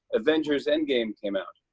avengers endgame came out.